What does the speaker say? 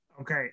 Okay